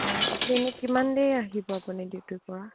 অঁ আপুনি এনেই কিমান দেৰি আহিব আপুনি ডিউটিৰপৰা